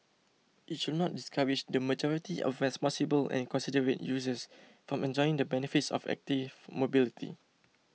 it should not discourage the majority of responsible and considerate users from enjoying the benefits of active mobility